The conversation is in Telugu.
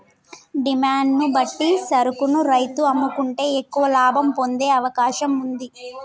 డిమాండ్ ను బట్టి సరుకును రైతు అమ్ముకుంటే ఎక్కువ లాభం పొందే అవకాశం వుంది